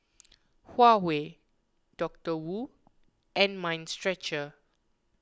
Huawei Doctor Wu and Mind Stretcher